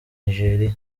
nigeria